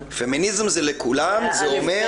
פמיניזם זה לכולם זה אומר --- נכון.